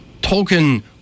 Tolkien